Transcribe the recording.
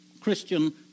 Christian